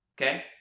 okay